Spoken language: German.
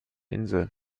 insel